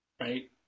Right